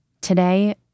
today